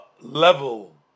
level